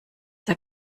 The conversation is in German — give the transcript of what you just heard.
der